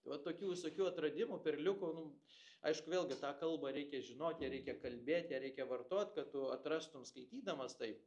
tai vat tokių visokių atradimų perliukų nu aišku vėlgi tą kalbą reikia žinot ja reikia kalbėt ją reikia vartot kad tu atrastum skaitydamas tai